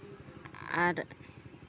ᱟᱨ